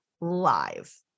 live